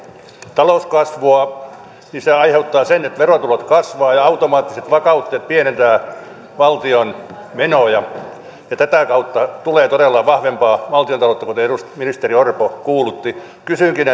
talouskasvua se aiheuttaa sen että verotulot kasvavat ja automaattiset vakautteet pienentävät valtion menoja ja tätä kautta tulee todella vahvempaa valtiontaloutta kuten ministeri orpo kuulutti kysynkin